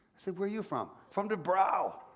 said, where are you from? from the brough.